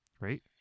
Right